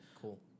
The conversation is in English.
Cool